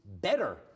better